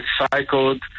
recycled